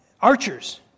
archers